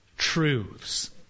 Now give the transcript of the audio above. truths